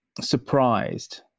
surprised